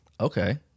Okay